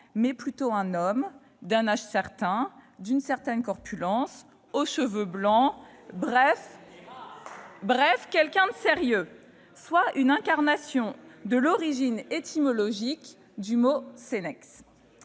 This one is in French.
mais plutôt un homme, d'un âge certain, d'une certaine corpulence, aux cheveux blancs, ... Et rares !... bref quelqu'un de sérieux, soit l'incarnation de l'origine étymologique du mot. Cet